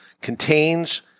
Contains